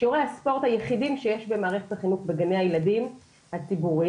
שיעורי הספורט היחידים שיש במערכת החינוך בגני הילדים הציבוריים,